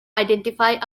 identify